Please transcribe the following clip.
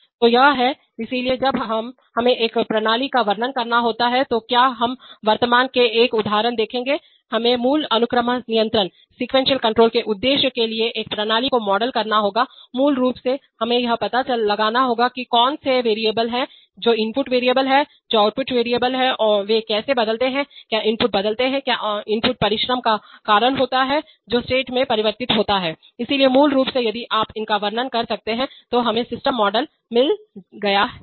तो यह है इसलिए जब हमें एक प्रणाली का वर्णन करना होगा तो क्या हम वर्तमान में एक उदाहरण देखेंगे हमें मूल अनुक्रम नियंत्रण सीक्वेंशियल कंट्रोलके उद्देश्य के लिए एक प्रणाली को मॉडल करना होगा मूल रूप से हमें यह पता लगाना होगा कि कौन से चर वेरिएबल हैं जो इनपुट चर वेरिएबल हैं जो आउटपुट चर वेरिएबल हैं वे कैसे बदलते हैं क्या इनपुट बदलते हैं क्या इनपुट परिश्रम का कारण होता है जो स्टेट में परिवर्तन होता है इसलिए मूल रूप से यदि आप इनका वर्णन कर सकते हैं तो हमें सिस्टम मॉडल मिल गया है